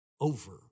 over